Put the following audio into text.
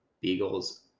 beagles